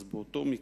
אז באותו מקרה,